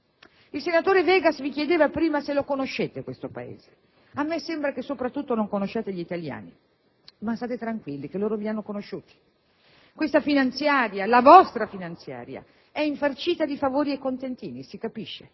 Il senatore Vegas vi chiedeva prima se lo conoscete questo Paese. A me sembra che soprattutto non conosciate gli italiani, ma state tranquilli che loro vi hanno conosciuto. Questa finanziaria, la vostra finanziaria, è infarcita di favori e contentini. Vi state